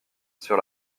sur